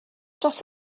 dros